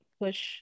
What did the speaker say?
push